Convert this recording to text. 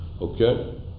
Okay